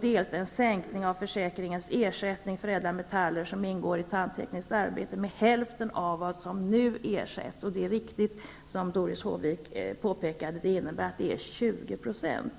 dels sänker försäkringens ersättning för ädla metaller som ingår i tandtekniskt arbete med hälften av vad som nu ersätts. Det är riktigt som Doris Håvik påpekade, att det innebär 20 %.